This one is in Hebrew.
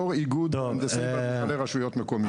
אני יושב ראש איגוד המהנדסים ברשויות המקומיות.